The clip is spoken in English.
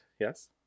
Yes